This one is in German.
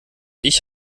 ich